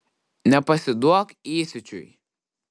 nepasiduok įsiūčiui